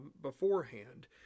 beforehand